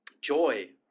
joy